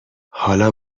حالا